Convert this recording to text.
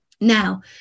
Now